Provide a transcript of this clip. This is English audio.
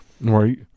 Right